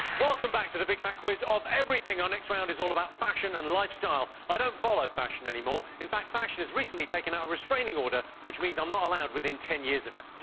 welcome back to the big fat quiz of everything. our next round is all about fashion and lifestyle. i don't follow fashion any more. in fact, fashion has recently taken out a restraining order which means i'm not allowed within ten years of it.